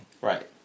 right